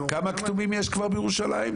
כמה כתומים יש כבר בירושלים?